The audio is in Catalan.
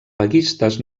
vaguistes